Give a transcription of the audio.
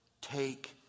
take